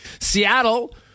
Seattle